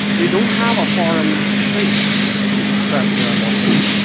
they don't have a foreign state to express they're loyalty.